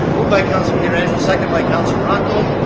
moved by councilman pietrangelo, second by councilman morocco.